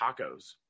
tacos